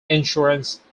insurance